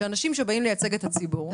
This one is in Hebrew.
של אנשים שבאים לייצג את הציבור.